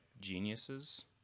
Geniuses